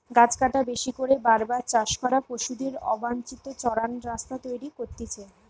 গাছ কাটা, বেশি করে বার বার চাষ করা, পশুদের অবাঞ্চিত চরান রাস্তা তৈরী করতিছে